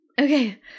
okay